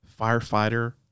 firefighter